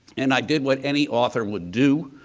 and i did what any author would do.